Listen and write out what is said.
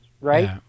right